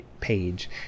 page